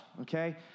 okay